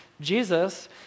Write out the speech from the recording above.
Jesus